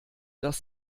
dass